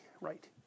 right